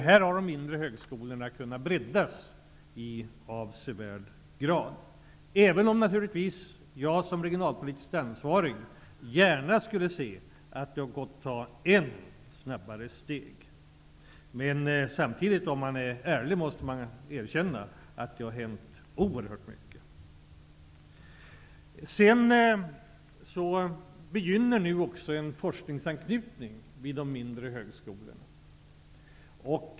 Här har de mindre högskolorna kunnat breddas i avsevärd grad, även om jag som regionalpolitiskt ansvarig gärna hade sett att det hade gått att ta än snabbare steg. Men om man är ärlig måste man samtidigt erkänna att det har hänt oerhört mycket. Nu begynner också en forskningsanknytning vid de mindre högskolorna.